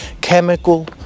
Chemical